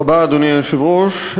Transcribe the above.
אדוני היושב-ראש,